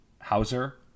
Hauser